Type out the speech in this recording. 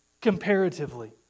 Comparatively